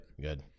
Good